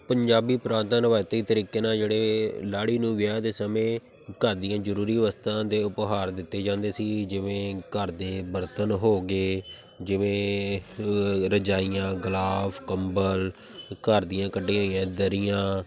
ਪੰਜਾਬੀ ਪ੍ਰਾਂਤਾਂ ਰਵਾਇਤੀ ਤਰੀਕੇ ਨਾਲ ਜਿਹੜੇ ਲਾੜੀ ਨੂੰ ਵਿਆਹ ਦੇ ਸਮੇਂ ਘਰ ਦੀਆਂ ਜ਼ਰੂਰੀ ਵਸਤਾਂ ਦੇ ਉਪਹਾਰ ਦਿੱਤੇ ਜਾਂਦੇ ਸੀ ਜਿਵੇਂ ਘਰ ਦੇ ਬਰਤਨ ਹੋ ਗਏ ਜਿਵੇਂ ਰਜਾਈਆਂ ਗਲਾਫ ਕੰਬਲ ਘਰ ਦੀਆਂ ਕੱਢੀਆਂ ਗਈਆਂ ਦਰੀਆਂ